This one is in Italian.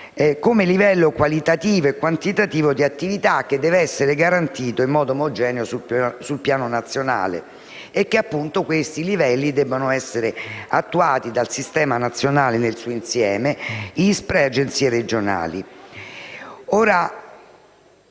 come livello qualitativo e quantitativo di attività che deve essere garantito in modo omogeneo sul piano nazionale e perché viene stabilito che questi livelli debbano essere attuati dal sistema nazionale nel suo insieme, ISPRA e Agenzie regionali.